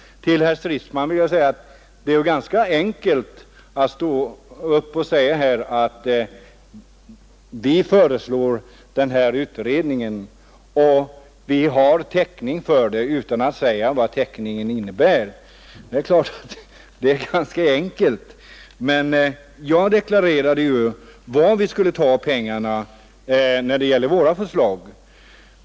Till herr Stridsman vill jag säga att det är ganska enkelt att bara ställa sig upp här och säga att centern har täckning för denna utredning, utan att ange vad denna täckning innebär. Det är klart att detta är ganska lätt. Jag däremot deklarerade var vi skulle ta pengarna enligt våra förslag.